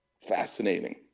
Fascinating